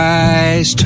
eyes